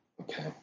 Okay